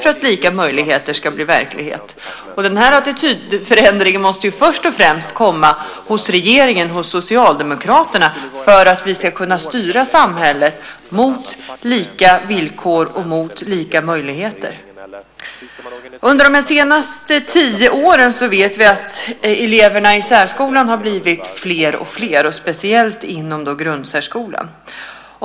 För att lika möjligheter ska bli verklighet krävs också en attitydförändring. Den attitydförändringen måste först och främst ske hos regeringen, hos Socialdemokraterna, så att vi kan styra samhället mot lika villkor och lika möjligheter. Vi vet att eleverna i särskolan blivit fler och fler under de senaste tio åren. Det gäller speciellt grundsärskolan.